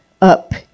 up